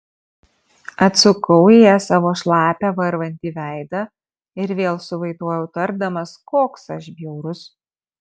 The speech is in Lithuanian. atsukau į ją savo šlapią varvantį veidą ir vėl suvaitojau tardamas koks aš bjaurus